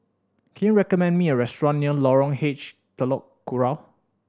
can you recommend me a restaurant near Lorong H Telok Kurau